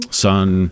son